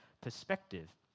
perspective